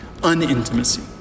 unintimacy